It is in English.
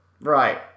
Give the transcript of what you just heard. right